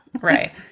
Right